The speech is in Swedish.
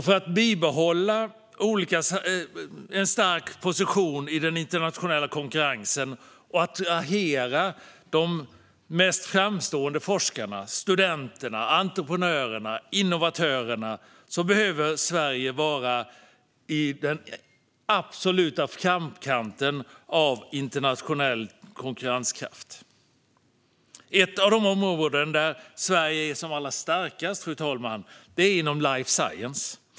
För att bibehålla en stark position i den internationella konkurrensen och attrahera de mest framstående forskarna, studenterna, entreprenörerna och innovatörerna behöver Sverige vara i den absoluta framkanten när det gäller internationell konkurrenskraft. Ett av de områden där Sverige är som allra starkast är inom life science.